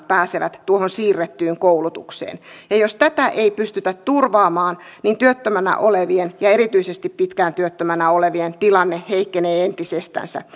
pääsevät tuohon siirrettyyn koulutukseen ja jos tätä ei pystytä turvaamaan niin työttömänä olevien ja erityisesti pitkään työttömänä olevien tilanne heikkenee entisestänsä